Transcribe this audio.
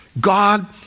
God